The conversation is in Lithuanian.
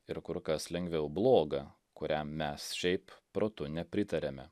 ir kur kas lengviau bloga kuriam mes šiaip protu nepritariame